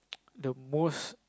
the most